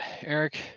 Eric